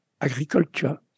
Agriculture